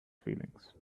feelings